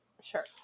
Sure